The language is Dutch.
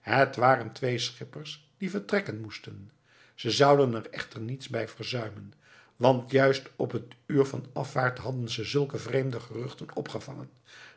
het waren twee schippers die vertrekken moesten ze zouden er echter niets bij verzuimen want juist op het uur van afvaart hadden ze zulke vreemde geruchten opgevangen